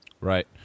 Right